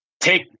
Take